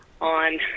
on